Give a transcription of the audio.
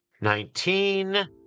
nineteen